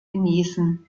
genießen